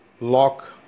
lock